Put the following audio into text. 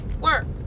work